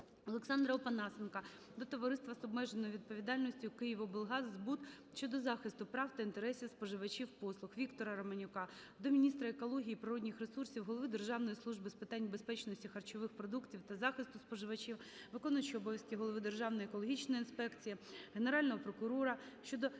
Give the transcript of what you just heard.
Олександра Опанасенка до Товариства з обмеженою відповідальністю "Київоблгаз збут" щодо захисту прав та інтересів споживачів послуг. Віктора Романюка до міністра екології та природних ресурсів України, голови Державної служби України з питань безпечності харчових продуктів та захисту споживачів, виконуючого обов'язки голови Державної екологічної інспекції України, Генерального прокурора